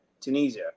Tunisia